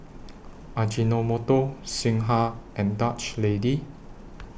Ajinomoto Singha and Dutch Lady